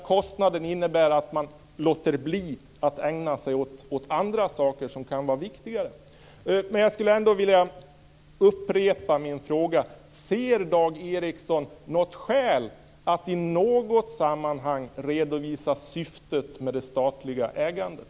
Kostnaden innebär ju att man låter bli att ägna sig åt andra saker som kan vara viktigare. Jag skulle vilja upprepa min fråga: Ser Dag Ericson något skäl till att i något sammanhang redovisa syftet med det statliga ägandet?